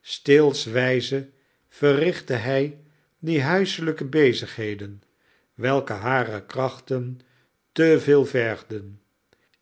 steelswijze verrichtte hij die huiselijke bezigheden welke hare krachten te veel vergden